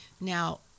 Now